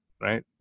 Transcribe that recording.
right